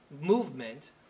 movement